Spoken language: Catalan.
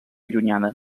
llunyana